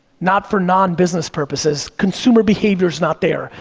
not for non-business purposes, consumer behavior's not there.